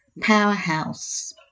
powerhouse